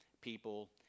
people